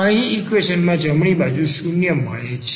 અહીં ઈક્વેશન માં જમણી બાજુ 0 મળે છે